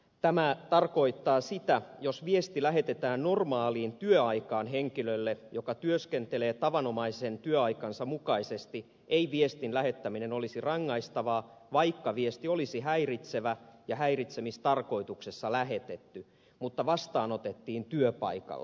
tämä tarkoittaa sitä että jos viesti lähetetään normaaliin työaikaan henkilölle joka työskentelee tavanomaisen työaikansa mukaisesti ei viestin lähettäminen olisi rangaistavaa vaikka viesti olisi häiritsevä ja häiritsemistarkoituksessa lähetetty mutta vastaanotettiin työpaikalla